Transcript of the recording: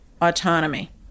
Autonomy